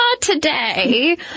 today